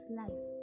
life